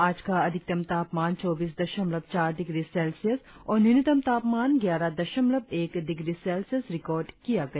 आज का अधिकतम तापमान चौबीस दसमलव चार डिग्री सेल्सियस और न्यूनतम तापमान ग्यारह दशमलव एक डिग्री सेल्सियस रिकार्ड किया गया